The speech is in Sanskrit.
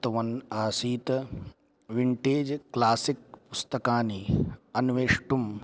कृतवान् आसीत् विण्टेज् क्लासिक् पुस्तकानि अन्वेष्टुं